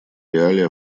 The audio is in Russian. реалии